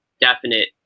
definite